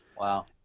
Wow